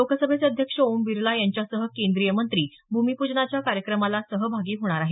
लोकसभेचे अध्यक्ष ओम बिरला यांच्यासह केंद्रीय मंत्री भूमीपूजनाच्या कार्यक्रमाला सहभागी होणार आहेत